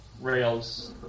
Rails